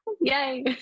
Yay